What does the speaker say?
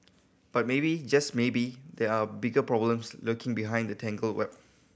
but maybe just maybe there are bigger problems lurking behind the tangled web